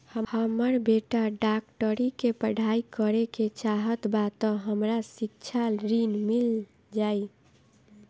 हमर बेटा डाक्टरी के पढ़ाई करेके चाहत बा त हमरा शिक्षा ऋण मिल जाई?